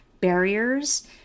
barriers